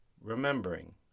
remembering